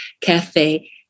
Cafe